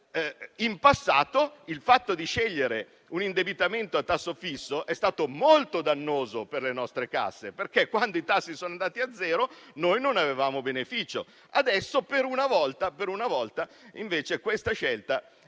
In passato il fatto di scegliere un indebitamento a tasso fisso è stato molto dannoso per le nostre casse perché, quando i tassi sono andati a zero, noi non avevamo beneficio; adesso, per una volta, detta scelta ci